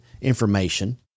information